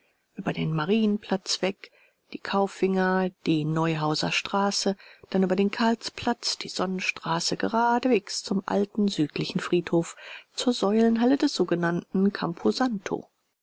ueber den marienplatz weg die kaufinger die neuhauserstraße dann über den karlsplatz die sonnenstraße geradewegs zum alten südlichen friedhof zur säulenhalle des sogenannten